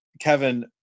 Kevin